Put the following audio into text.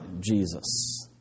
Jesus